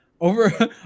Over